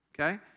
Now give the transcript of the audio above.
okay